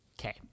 Okay